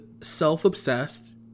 self-obsessed